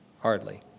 hardly